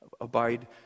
abide